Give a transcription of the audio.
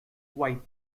white